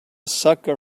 sucker